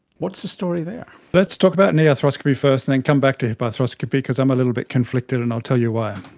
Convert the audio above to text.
what's the story there? let's talk about knee arthroscopy first and then come back to hip arthroscopy because i'm a little bit conflicted, and i'll tell you why,